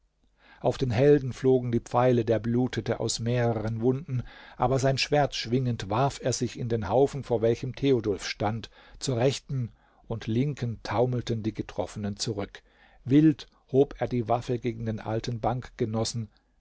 auf den helden flogen die pfeile der blutete aus mehreren wunden aber sein schwert schwingend warf er sich in den haufen vor welchem theodulf stand zur rechten und linken taumelten die getroffenen zurück wild hob er die waffe gegen den alten